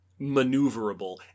maneuverable